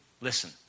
Listen